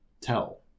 tell